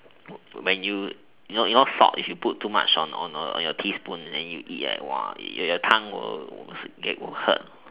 when you you know you know salt if you put too much on on your teaspoon and you eat right !wah! your your tongue will will hurt